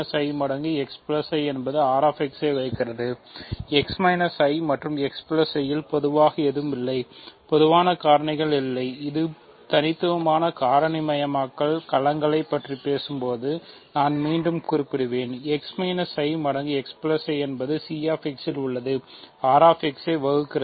Cx இன் உள்ளே என்பது Cx இல் உள்ளது R x வகுக்கிறது